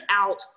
out